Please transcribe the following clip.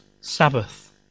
Sabbath